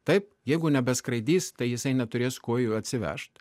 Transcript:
taip jeigu nebeskraidys tai jisai neturės kuo jų atsivežt